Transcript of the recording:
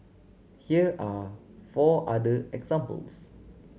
here are four other examples